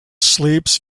sleeps